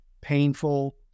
painful